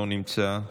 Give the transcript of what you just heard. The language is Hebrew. לא נמצאים,